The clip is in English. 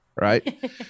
right